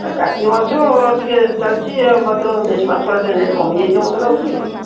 ଏଟା କାର୍ତ୍ତିକ ମାସ ଟିକିଏ ଚାଲିଛି ଏ ମାତ୍ର ଦେଶୀ ମାଛ ଉଡ଼ା ଟିକିଏ ରେଟ୍ କମିଯାଇଥିବ ମୋତେ ଲାଗୁଛି